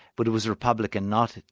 but it was republican not,